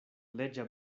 leĝa